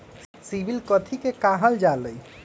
CIBIL कथि के काहल जा लई?